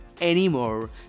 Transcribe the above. anymore